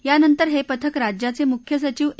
यानंतर हे पथक राज्याचे मुख्य सचीव ए